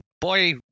boy